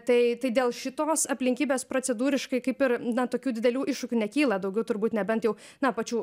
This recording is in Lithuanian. tai tai dėl šitos aplinkybės procedūriškai kaip ir na tokių didelių iššūkių nekyla daugiau turbūt nebent jau na pačių